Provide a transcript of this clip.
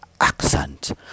accent